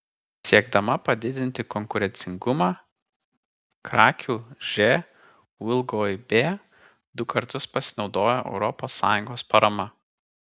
siekdama padidinti konkurencingumą krakių žūb du kartus pasinaudojo europos sąjungos parama